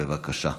בבקשה.